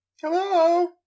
Hello